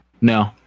No